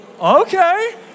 Okay